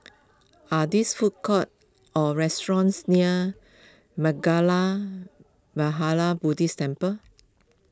are these food courts or restaurants near Mangala Vihara Buddhist Temple